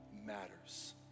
Matters